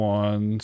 one